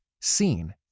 seen